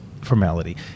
formality